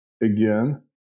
again